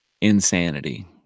insanity